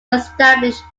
established